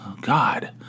God